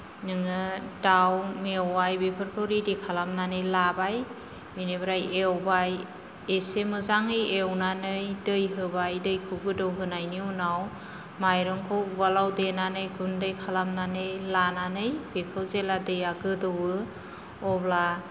नोङो दाउ मेवाय बेफोरखौ रेडि खालामनानै लाबाय बेनिफ्राय एवबाय एसे मोजाङै एवनानै दै होबाय दैखौ गोदौहोनायनि उनाव माइरंखौ उवालाव देनानै गुन्दै खालामनानै लानानै बेखौ जेला दैया गोदौवो अब्ला